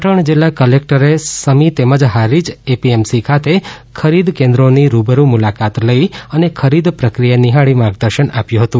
પાટણ જિલ્લા કલેકટરએ આજે સમી તેમજ હારીજ એપીએમસી ખાતે ખરીદ કેન્દ્રોની રૂબરૂ મુલાકાત લઇ અને ખરીદ પ્રક્રિયા નિહાળી માર્ગદર્શન આપ્યું હતું